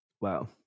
Wow